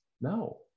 No